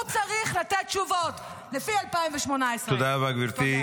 הוא צריך לתת תשובות, לפי 2018. תודה רבה, גברתי.